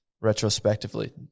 retrospectively